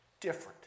different